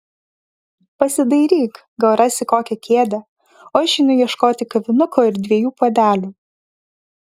pasidairyk gal rasi kokią kėdę o aš einu ieškoti kavinuko ir dviejų puodelių